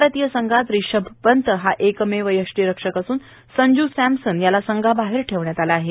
भारतीय संघात रिषभपंत हा एकमेव यष्टीरक्षक असून संजू सॅमसन याला संघाबाहेर ठेवण्यात आलं आहे